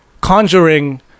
Conjuring